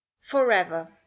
forever